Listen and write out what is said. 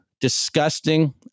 disgusting